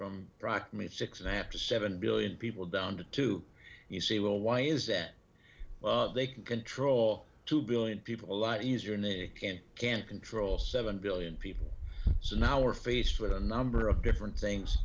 from six and a half to seven billion people down to two you say well why is that they can control two billion people a lot easier and they can't can't control seven billion people so now we're faced with a number of different things